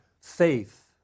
Faith